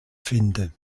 finde